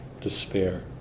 despair